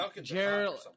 Gerald